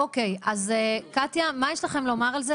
אוקיי, אז קטיה מה יש לכם לומר על זה?